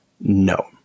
no